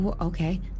Okay